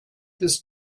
this